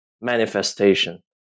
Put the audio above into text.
manifestation